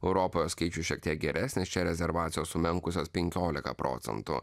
europoje skaičius šiek tiek geresnės čia rezervacijos sumenkusios penkiolika procentų